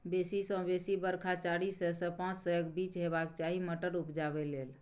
बेसी सँ बेसी बरखा चारि सय सँ पाँच सयक बीच हेबाक चाही मटर उपजाबै लेल